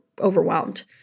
overwhelmed